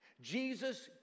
Jesus